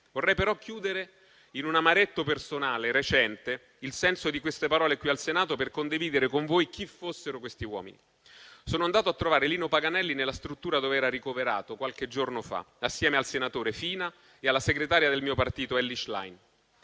Vorrei però concludere in un "amaretto" personale recente il senso di queste parole qui al Senato per condividere con voi chi fossero questi uomini. Sono andato a trovare Lino Paganelli nella struttura dove era ricoverato qualche giorno fa, assieme al senatore Fina e alla segretaria del mio partito Elly Schlein.